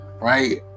Right